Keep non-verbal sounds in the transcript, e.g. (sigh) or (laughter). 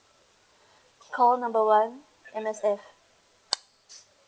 call number one M_S_F (noise)